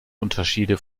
unterschiede